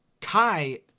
Kai